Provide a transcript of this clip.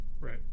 right